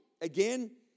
Again